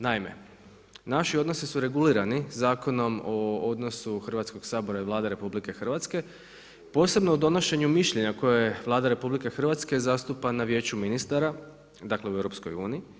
Naime, naši odnosi su regulirani Zakonom o odnosu Hrvatskog sabora i Vlade RH posebno o donošenju mišljenja koje Vlada RH zastupa na Vijeću ministara, dakle u EU.